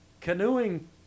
canoeing